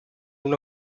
una